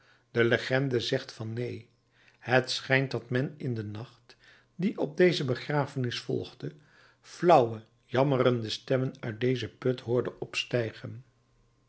de legende zegt van neen het schijnt dat men in den nacht die op deze begrafenis volgde flauwe jammerende stemmen uit dezen put hoorde opstijgen